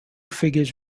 figures